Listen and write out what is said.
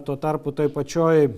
tuo tarpu toj pačioj